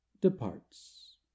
departs